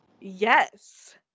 Yes